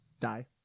die